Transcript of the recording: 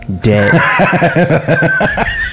dead